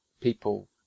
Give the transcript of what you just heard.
people